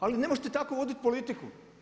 Ali ne možete tako vodit politiku.